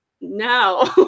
no